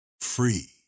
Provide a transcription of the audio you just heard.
free